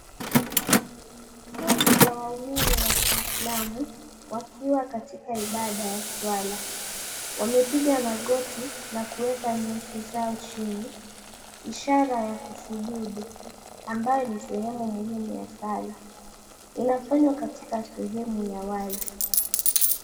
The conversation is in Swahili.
Kundi la waumini wa kiislamu, wakiwa katika ibada ya swala. Wamepiga magoti na kuweka nyuso zao chini, ishara ya kusujudu, ambayo ni sehemu muhimu ya sala. Inafanywa katika sehemu ya wazi.